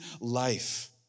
life